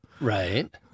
Right